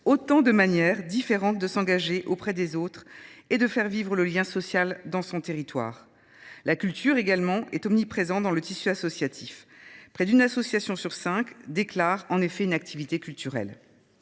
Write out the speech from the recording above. autant de manières différentes de s’engager auprès des autres et de faire vivre le lien social sur un territoire. La culture, également, est omniprésente dans le tissu associatif : près d’une association sur cinq déclare une activité culturelle.